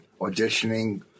auditioning